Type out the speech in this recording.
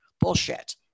bullshit